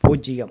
பூஜ்ஜியம்